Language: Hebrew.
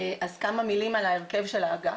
כמה מילים על ההרכב של האגף,